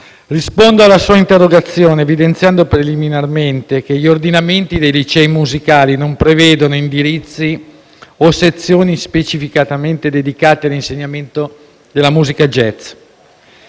rispondo alla sua interrogazione evidenziando preliminarmente che gli ordinamenti dei licei musicali non prevedono indirizzi o sezioni specificamente dedicati all'insegnamento della musica jazz.